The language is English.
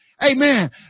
Amen